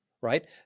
right